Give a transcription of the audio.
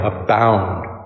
abound